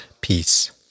peace